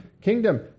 kingdom